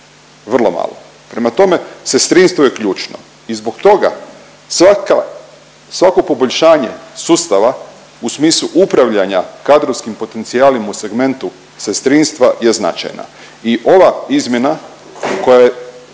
Vrlo malo. Prema tome, sestrinstvo je ključno i zbog toga svaka, svako poboljšanje sustava u smislu upravljanja kadrovskim potencijala u segmentu sestrinstva je značajna i ova izmjena koja je,